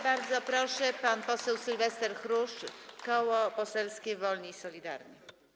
Bardzo proszę, pan poseł Sylwester Chruszcz, Koło Poselskie Wolni i Solidarni.